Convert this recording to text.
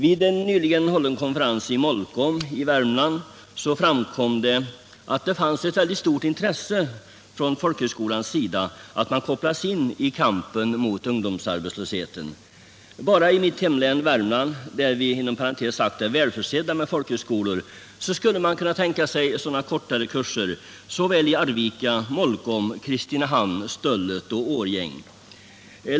Vid en nyligen hållen konferens i Molkom i Värmland framkom också att det fanns ett väldigt stort intresse från folkhögskolans sida för att kopplas in i denna kamp. Bara i mitt hemlän Värmland, där vi f.ö. är väl försedda med folkhögskolor, skulle man bad kunna tänka sig att anordna den här typen av kortare kurser i Arvika, Molkom, Kristinehamn, Stöllet och Årjäng.